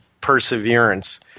Perseverance